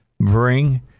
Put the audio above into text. bring